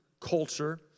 culture